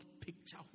picture